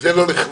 זה לא לכבודו,